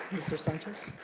mr. sanchez.